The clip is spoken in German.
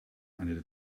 eine